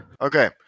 Okay